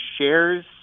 shares